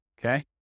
Okay